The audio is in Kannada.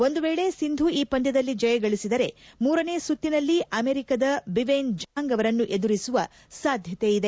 ಒಂದು ವೇಳೆ ಸಿಂಧೂ ಈ ಪಂದ್ಯದಲ್ಲಿ ಜಯ ಗಳಿಸಿದರೆ ಮೂರನೇ ಸುತ್ತಿನಲ್ಲಿ ಅಮೆರಿಕದ ಬೀವೆನ್ ಝಾಂಗ್ ಅವರನ್ನು ಎದುರಿಸುವ ಸಾಧ್ಯತೆ ಇದೆ